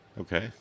Okay